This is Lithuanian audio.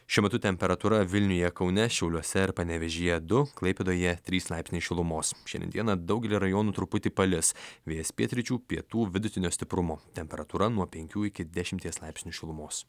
šiuo metu temperatūra vilniuje kaune šiauliuose ir panevėžyje du klaipėdoje trys laipsniai šilumos šiandien dieną daugelyje rajonų truputį palis vėjas pietryčių pietų vidutinio stiprumo temperatūra nuo penkių iki dešimties laipsnių šilumos